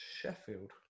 Sheffield